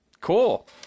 Cool